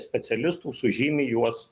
specialistų sužymi juos